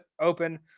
open